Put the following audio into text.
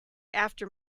after